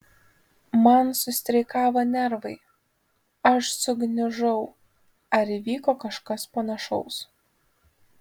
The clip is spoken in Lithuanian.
man sustreikavo nervai aš sugniužau ar įvyko kažkas panašaus